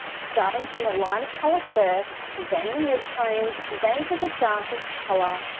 starting from the lightest color first, then the mid tones, then to the darkest color,